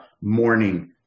morning